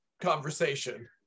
conversation